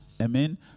Amen